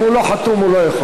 אם הוא לא חתום, הוא לא יכול.